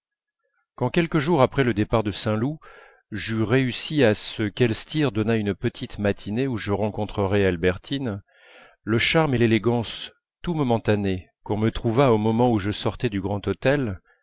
quand quelques jours après le départ de saint loup j'eus réussi à ce qu'elstir donnât une petite matinée où je rencontrerais albertine le charme et l'élégance tout momentanés qu'on me trouva au moment où je sortais du